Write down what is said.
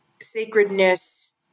Sacredness